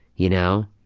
you know?